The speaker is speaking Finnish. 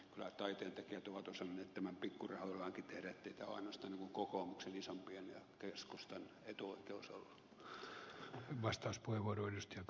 kyllä taiteentekijät ovat osanneet tämän pikkurahoillaankin tehdä ettei tämä ole ainoastaan niin kuin kokoomuksen isompien ja keskustan etuoikeus ollut